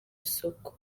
isoko